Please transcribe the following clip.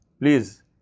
Please